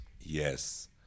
Yes